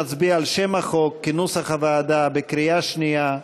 אנחנו נצביע על שם החוק כנוסח הוועדה בקריאה שנייה.